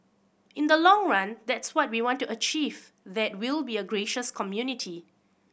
in the long run that's what we want to achieve that we'll be a gracious community